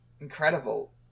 incredible